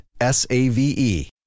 S-A-V-E